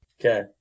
Okay